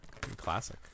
classic